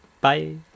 Bye